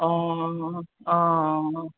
অঁ অঁ অঁ অঁ